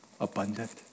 abundant